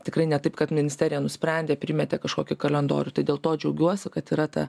tikrai ne taip kad ministerija nusprendė primetė kažkokį kalendorių tai dėl to džiaugiuosi kad yra ta